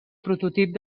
prototip